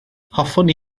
hoffwn